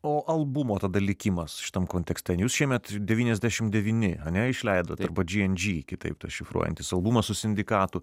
o albumo tada likimas šitam kontekste jus šiemet devyniasdešim devyni ane išleidot arba džy en džy kitaip dar šifruojantis albumas su sindikatu